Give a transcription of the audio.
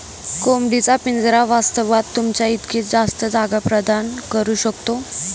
कोंबडी चा पिंजरा वास्तवात, तुमच्या इतकी जास्त जागा प्रदान करू शकतो